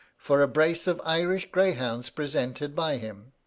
for a brace of irish greyhounds presented by him.